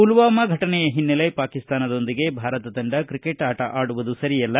ಪುಲ್ವಾಮಾ ಘಟನೆಯ ಹಿನ್ನೆಲೆ ಪಾಕಿಸ್ತಾನದೊಂದಿಗೆ ಭಾರತ ತಂಡ ಕ್ರಿಕೆಟ್ ಆಟ ಆಡುವುದು ಸರಿ ಅಲ್ಲ